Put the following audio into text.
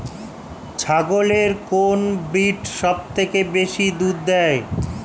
ছাগলের কোন ব্রিড সবথেকে বেশি দুধ দেয়?